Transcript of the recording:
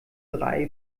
drei